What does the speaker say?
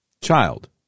Child